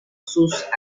sus